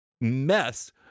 mess